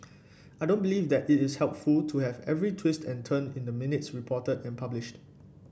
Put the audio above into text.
I don't believe that it is helpful to have every twist and turn in the minutes reported and published